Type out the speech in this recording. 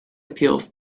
appeals